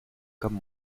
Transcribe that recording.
comme